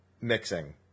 mixing